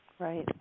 Right